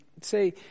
say